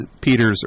Peter's